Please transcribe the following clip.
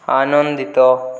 ଆନନ୍ଦିତ